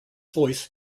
voice